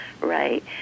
right